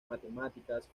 matemáticas